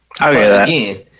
Again